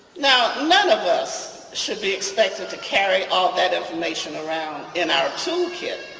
now none of us should be expected to carry all that information around in our tool kit.